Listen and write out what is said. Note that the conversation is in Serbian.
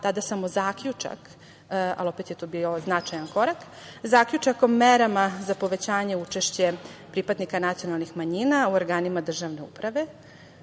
tada samo zaključak, ali opet je to bio značajan korak, o merama za povećanje učešća pripadnika nacionalnih manjina u organima državne